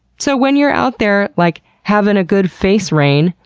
so when you're out there like having a good face rain,